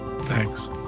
Thanks